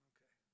Okay